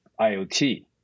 IoT